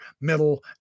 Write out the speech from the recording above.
middle